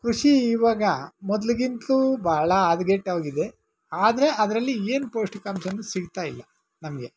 ಕೃಷಿ ಈವಾಗ ಮೊದಲಿಗಿಂತ್ಲೂ ಬಹಳ ಹದಗೆಟ್ಟು ಹೋಗಿದೆ ಆದರೆ ಅದರಲ್ಲಿ ಏನು ಪೌಷ್ಟಿಕಾಂಶವೂ ಸಿಗುತ್ತಾ ಇಲ್ಲ ನಮಗೆ